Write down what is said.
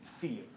fear